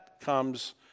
comes